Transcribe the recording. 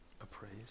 Appraise